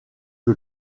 que